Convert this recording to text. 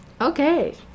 Okay